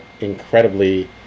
incredibly